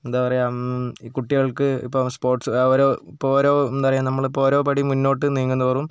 എന്താ പറയുക ഈ കുട്ടികൾക്ക് ഇപ്പോൾ സ്പോർട്സ് അവർ ഇപ്പോൾ ഓരോ എന്താ പറയുക നമ്മളിപ്പോൾ ഓരോ പടി മുന്നോട്ട് നീങ്ങുന്തോറും